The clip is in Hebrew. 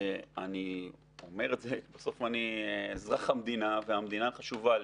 אני אזרח המדינה והמדינה חשובה לי,